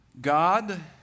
God